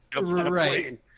Right